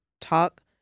talk